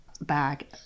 bag